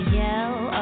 yell